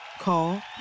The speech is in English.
Call